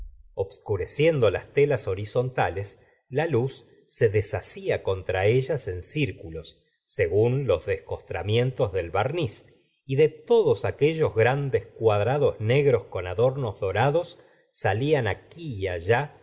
obscureciendo las telas horizontales la luz se deshacía contra ellas en círculos según los descostramientos del barniz y de todos aquellos grandes cuadrados negros con adornos dorados salían aquí y allá